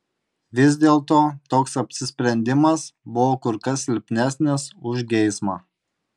vis dėlto toks apsisprendimas buvo kur kas silpnesnis už geismą